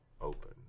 open